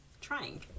trying